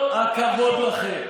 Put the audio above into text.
הכבוד לכם.